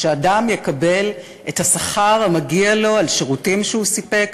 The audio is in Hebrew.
שאדם יקבל את השכר המגיע לו על שירותים שהוא סיפק,